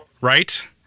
right